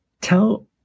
tell